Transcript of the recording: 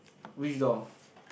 which door